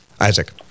Isaac